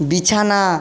বিছানা